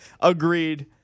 Agreed